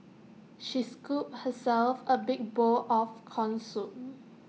she scooped herself A big bowl of Corn Soup